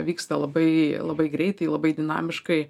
vyksta labai labai greitai labai dinamiškai